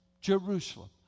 Jerusalem